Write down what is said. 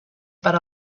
per